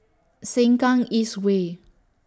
Sengkang East Way